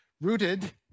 rooted